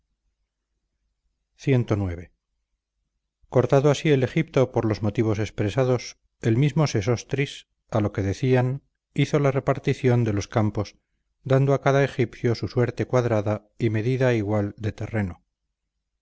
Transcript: pesada cix cortado así el egipto por los motivos expresados el mismo sesostris a lo que decían hizo la repartición de los campos dando a cada egipcio su suerte cuadrada y medida igual de terreno